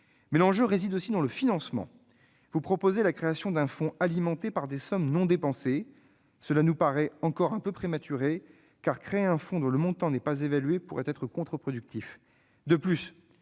Mais l'enjeu réside aussi dans le financement. Vous proposez la création d'un fonds alimenté par des sommes non dépensées. Cela nous paraît encore un peu prématuré, car créer un fonds dont le montant n'est pas évalué pourrait être contre-productif.